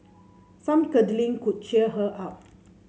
some cuddling could cheer her up